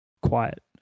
quiet